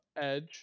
edge